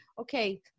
okay